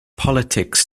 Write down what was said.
politics